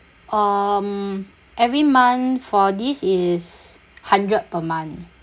um every month for this is hundred per month